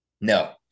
No